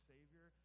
Savior